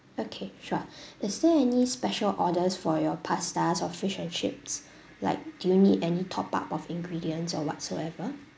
okay sure is there any special orders for your pastas or fish and chips like do you need any top up of ingredients or whatsoever